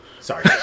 Sorry